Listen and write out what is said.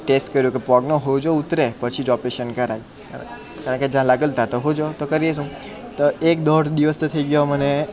test કર્યું કે પગનો સોજો ઉતરે પછી જ ઓપરેશન કરાય કારણ કે જ્યાં વાગેલું ત્યાં તો સોજો તો કરીએ શું તો એક દોઢ દિવસ તો થઈ ગયો મને